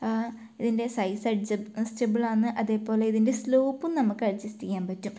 ഇതിൻ്റെ സൈസ് അഡ്ജസ്റ്റബിളാണ് അതേപോലെ ഇതിൻ്റെ സ്ലോപ്പും നമുക്ക് അഡ്ജസ്റ്റ് ചെയ്യാൻ പറ്റും